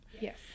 Yes